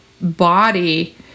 body